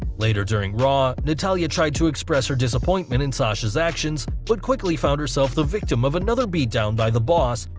later during raw, natalya tried to express her disappointment in sasha's actions, but quickly found herself the victim of another beatdown by the boss,